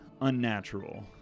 unnatural